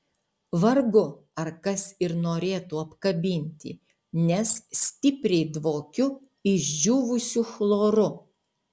vargu ar kas ir norėtų apkabinti nes stipriai dvokiu išdžiūvusiu chloru